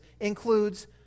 includes